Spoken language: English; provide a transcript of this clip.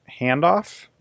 handoff